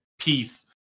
peace